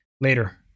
Later